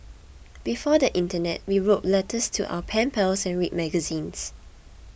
before the internet we wrote letters to our pen pals and read magazines